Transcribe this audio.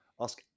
Ask